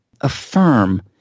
affirm